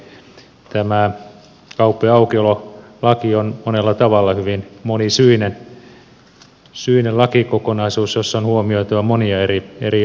eli tämä kauppojen aukiololaki on monella tavalla hyvin monisyinen lakikokonaisuus jossa on huomioitava monia eri asioita